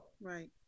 Right